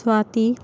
Swati